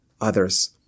others